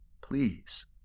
please